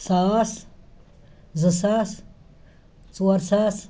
ساس زٕ ساس ژور ساس